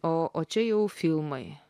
o o čia jau filmai